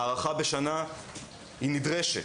הארכה בשנה היא נדרשת.